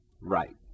Right